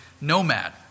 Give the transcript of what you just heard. nomad